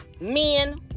Men